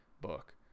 book